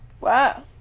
Wow